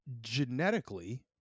Genetically